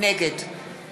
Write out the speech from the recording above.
נגד